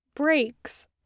breaks